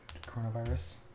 Coronavirus